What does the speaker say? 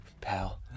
pal